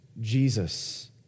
Jesus